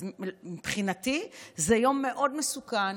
אז מבחינתי, זה יום מאוד מסוכן,